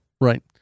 Right